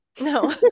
No